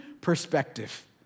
perspective